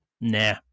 nah